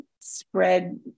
spread